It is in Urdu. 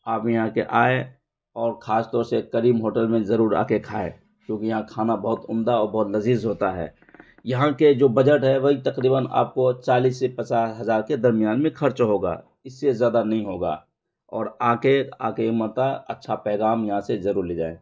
آپ یہاں کے آئیں اور خاص طور سے کریم ہوٹل میں ضرور آ کے کھائیں کیونکہ یہاں کھانا بہت عمدہ اور بہت لذیذ ہوتا ہے یہاں کے جو بجٹ ہے وہی تقریباً آپ کو چالیس سے پچاس ہزار کے درمیان میں خرچ ہوگا اس سے زیادہ نہیں ہوگا اور آ کے آ کے ایک مرتبہ اچھا پیغام یہاں سے ضرور لے جائیں